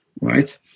right